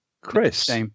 Chris